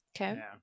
Okay